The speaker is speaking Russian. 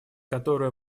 которую